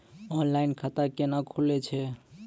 Online खाता केना खुलै छै?